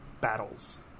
battles